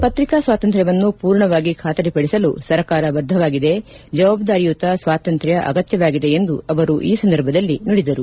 ಪತ್ರಿಕಾ ಸ್ನಾತಂತ್ರ್ಯವನ್ನು ಪೂರ್ಣವಾಗಿ ಖಾತರಿಪಡಿಸಲು ಸರ್ಕಾರ ಬದ್ದವಾಗಿದೆ ಜವಾಬ್ದಾರಿಯುತ ಸ್ವಾತಂತ್ರ್ಯ ಅಗತ್ಯವಾಗಿದೆ ಎಂದು ಅವರು ನುಡಿದರು